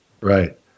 Right